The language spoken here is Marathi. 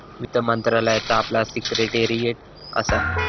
वित्त मंत्रालयाचा आपला सिक्रेटेरीयेट असा